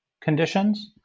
conditions